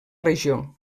regió